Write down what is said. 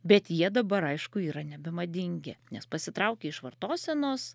bet jie dabar aišku yra nebemadingi nes pasitraukė iš vartosenos